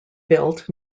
built